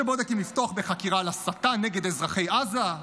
שבודק אם לפתוח בחקירה על הסתה נגד אזרחי עזה.